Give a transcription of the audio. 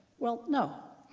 well, no.